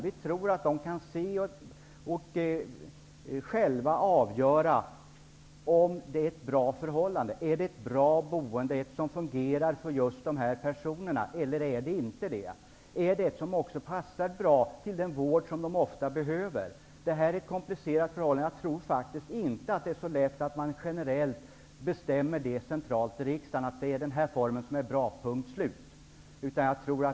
Vi tror att de själva kan avgöra om det är ett bra förhållande, ett bra boende som fungerar för just dessa personer, eller inte. De kan också se om det är ett boende som passar bra till den vård som dessa personer ofta behöver. Detta är komplicerade förhållanden. Jag tror inte att det är så lätt som att centralt i riksdagen generellt bestämma att det är den här formen som är bra, punkt slut.